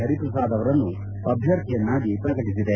ಹರಿಪ್ರಸಾದ್ ಅವರನ್ನು ಅಭ್ವರ್ಥಿಯನ್ನಾಗಿ ಪ್ರಕಟಿಸಿದೆ